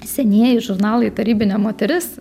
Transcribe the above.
senieji žurnalai tarybinė moteris